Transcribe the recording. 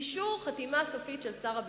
אישור חתימה סופית של שר הביטחון.